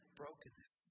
brokenness